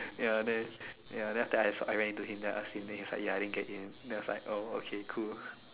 ya then ya then after I I went into him then I ask him and he was like ya I Din get in then I was like oh okay cool